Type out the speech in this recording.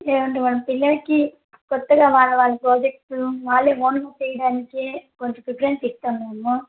ఏవండి మన పిల్లలకి కొత్తగా వాళ్ళ వాళ్ళ ప్రాజెక్ట్ వాళ్లు ఓన్గా చేయడానికే కొంచెం ప్రిఫెరెన్సు ఇస్తాం మేము